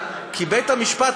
כי בית-המשפט,